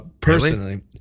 Personally